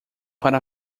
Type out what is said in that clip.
para